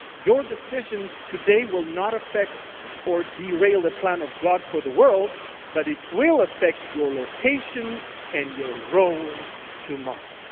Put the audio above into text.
your decision today will not affect or derail the plan of god for the world. but it will affect your location and your role tomorrow.